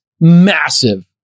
massive